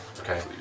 Okay